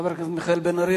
חבר הכנסת מיכאל בן-ארי,